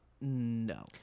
No